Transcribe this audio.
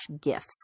gifts